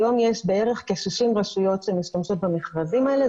היום יש בערך כ-60 רשויות שמשתמשות במכרזים האלה,